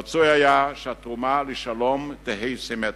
רצוי היה שהתרומה לשלום תהא סימטרית,